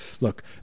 Look